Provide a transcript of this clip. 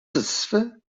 satisfait